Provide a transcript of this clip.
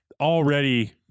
already